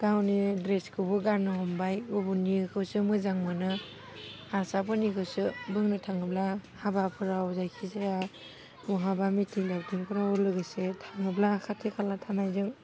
गावनि ड्रेसखौबो गारनो हमबाय गुबुननिखौसो मोजां मोनो हारसाफोरनिखौसो बुंनो थाङोब्ला हाबाफोराव जायखिजाया बहाबा मिथिं दावथिंफोराव लोगोसे थाङोब्ला खाथि खाला थानायजों